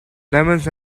lemons